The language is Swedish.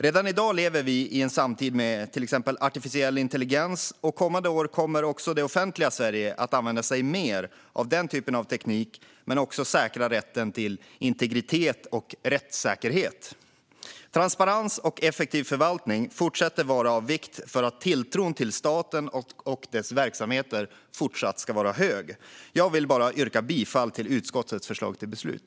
Redan i dag lever vi i en samtid med till exempel artificiell intelligens, och kommande år kommer också det offentliga Sverige att använda sig mer av denna typ av teknik men också säkra rätten till integritet och rättssäkerhet. Transparens och effektiv förvaltning fortsätter vara av vikt för att tilltron till staten och dess verksamheter fortsatt ska vara hög. Jag yrkar bifall till utskottets förslag till beslut.